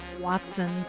Watson